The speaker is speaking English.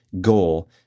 goal